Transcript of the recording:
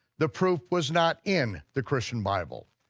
the proof was not in the christian bible,